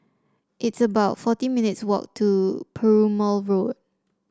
it's about forty minutes' walk to Perumal Road